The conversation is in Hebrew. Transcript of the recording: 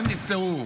הם נפטרו.